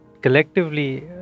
collectively